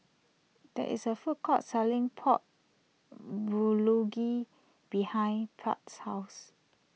there is a food court selling Pork Bulgogi behind Pratt's house